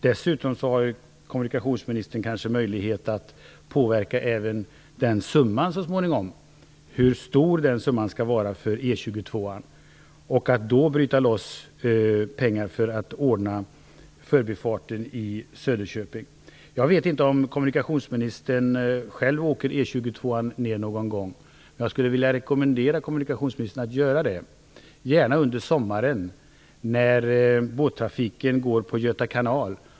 Dessutom har ju kanske kommunikationsministern möjlighet att påverka hur stor den summan skall vara för E 22:an så småningom. Då kan man kanske bryta loss pengar för att ordna förbifarten i Söderköping. Jag vet inte om kommunikationsministern själv åker E 22:an ner någon gång. Jag skulle vilja rekommendera kommunikationsministern att göra det, gärna under sommaren när båttrafiken går på Göta kanal.